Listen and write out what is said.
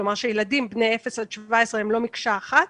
כלומר שילדים בגילאי 0 עד 17 הם לא מקשה אחת,